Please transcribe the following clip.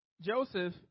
Joseph